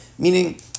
Meaning